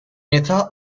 età